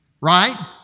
right